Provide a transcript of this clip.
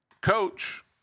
Coach